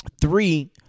Three